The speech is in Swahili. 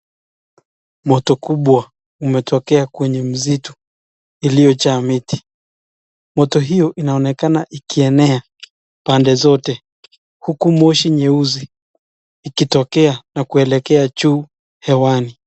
Moto kubwa umetokea kwenye msitu, iliyojaa miti, moto hio inaonekana ikienea pande zote, huku moshi nyeusi ikitokea ikielekea juu hewani.